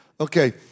Okay